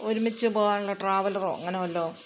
ഒരുമിച്ച് പോവാനുള്ള ട്രാവലറോ അങ്ങനെ വല്ലതും